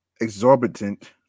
exorbitant